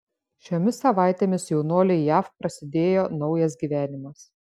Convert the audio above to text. šiomis savaitėmis jaunuoliui jav prasidėjo naujas gyvenimas